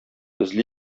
эзли